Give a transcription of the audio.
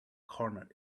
corner